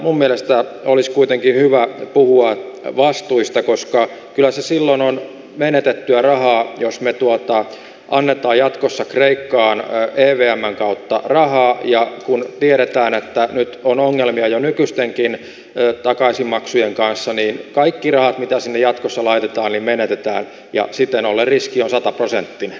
minun mielestäni olisi kuitenkin hyvä puhua vastuista koska kyllä se silloin on menetettyä rahaa jos me annamme jatkossa kreikkaan evmn kautta rahaa ja kun tiedetään että nyt on ongelmia jo nykyistenkin takaisinmaksujen kanssa niin kaikki rahat mitä sinne jatkossa laitetaan menetetään ja siten ollen riski on sataprosenttinen